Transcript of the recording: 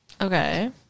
Okay